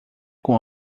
com